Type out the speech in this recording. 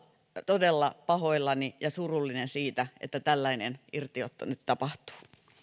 todella pahoillani ja surullinen siitä että tällainen irtiotto nyt tapahtuu